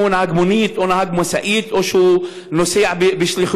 אם הוא נהג מונית או נהג משאית או שהוא נוסע בשליחויות,